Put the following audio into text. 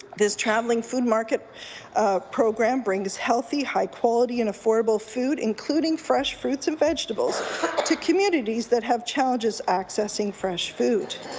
this travelling food market program brings healthy, high quality and affordable food including fresh fruits and vegetables to communities that have challenges accessing fresh food.